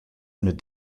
mit